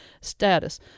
status